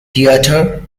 theater